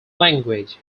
language